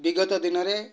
ବିଗତ ଦିନରେ